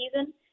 season